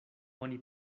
oni